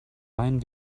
rein